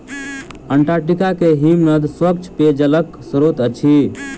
Antarctica के हिमनद स्वच्छ पेयजलक स्त्रोत अछि